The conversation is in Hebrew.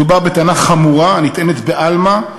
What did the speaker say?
מדובר בטענה חמורה הנטענת בעלמא,